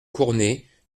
cournet